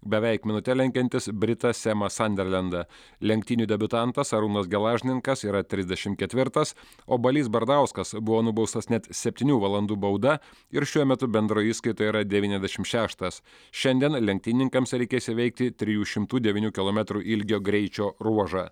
beveik minute lenkiantis britą semą sanderlendą lenktynių debiutantas arūnas gelažninkas yra trisdešim ketvirtas o balys bardauskas buvo nubaustas net septynių valandų bauda ir šiuo metu bendroje įskaitoje yra devyniasdešim šeštas šiandien lenktynininkams reikės įveikti trijų šimtų devynių kilometrų ilgio greičio ruožą